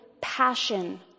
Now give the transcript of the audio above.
passion